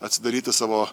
atsidaryti savo